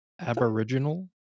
aboriginal